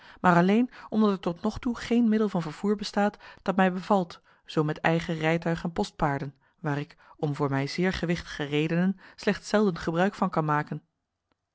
maar alleen omdat er tot nog toe geen middel van vervoer bestaat dat mij bevalt zoo met eigen rijtuig en postpaarden waar ik om voor mij zeer gewichtige redenen slechts zelden gebruik van kan maken